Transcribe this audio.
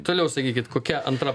toliau sakykit kokia antra